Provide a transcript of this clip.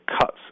cuts